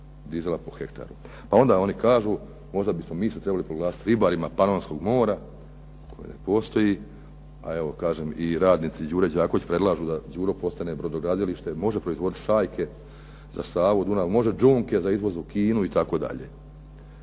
Pa onda oni kažu, možda bismo mi isto se trebali proglasiti ribarima Panonskog mora koje ne postoji, a evo kažem i radnici "Đure Đakovića" predlažu da "Đuro" postane brodogradilište, može proizvoditi šajke za Savu, Dunav, može đunke za izvoz u Kinu itd.